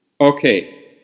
Okay